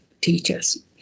teachers